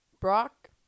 Brock